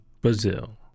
Brazil